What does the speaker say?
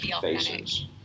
faces